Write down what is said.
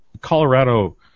Colorado